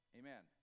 amen